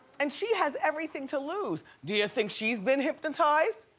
and she has everything to lose. do you think she's been hypnotized?